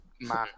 man